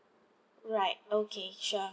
right okay sure